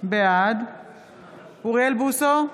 בעד אוריאל בוסו,